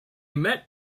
met